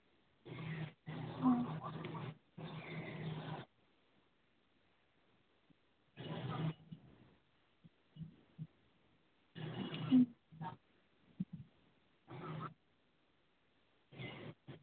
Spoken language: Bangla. ও